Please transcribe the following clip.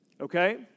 Okay